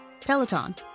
Peloton